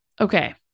okay